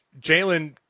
Jalen